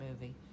movie